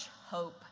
hope